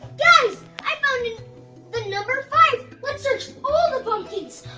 guys, i found the number five! let's search all the pumpkins!